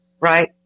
right